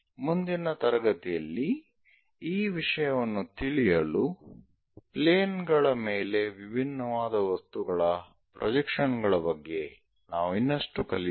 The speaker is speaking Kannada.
ಮುಂದಿನ ತರಗತಿಯಲ್ಲಿ ಈ ವಿಷಯವನ್ನು ತಿಳಿಯಲು ಪ್ಲೇನ್ ಗಳ ಮೇಲೆ ವಿಭಿನ್ನವಾದ ವಸ್ತುಗಳ ಪ್ರೊಜೆಕ್ಷನ್ ಗಳ ಬಗ್ಗೆ ನಾವು ಇನ್ನಷ್ಟು ಕಲಿಯುತ್ತೇವೆ